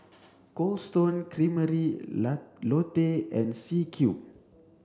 Cold Stone Creamery Lotte and C Cube